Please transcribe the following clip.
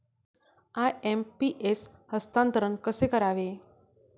IMPS हस्तांतरण कसे करावे?